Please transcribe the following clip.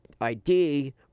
ID